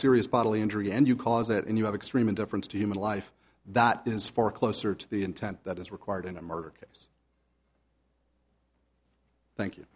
serious bodily injury and you cause it and you have extreme indifference to human life that is far closer to the intent that is required in a murder case thank you